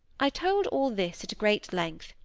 i told all this at great length,